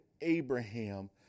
Abraham